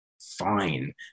fine